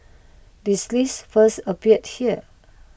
this list first appeared here